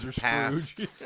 past